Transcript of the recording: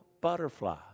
butterfly